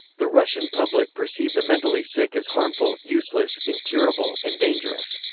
the russian public perceive the mentally sick as harmful, useless, incurable, and dangerous.